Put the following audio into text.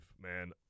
man